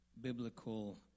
Biblical